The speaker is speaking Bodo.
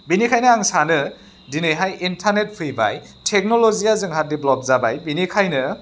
बेनिखायनो आं सानो दिनैहाय इन्टारनेट फैबाय टेक्न'ल'जिया जोंहा डेभलप जाबाय बिनिखायनो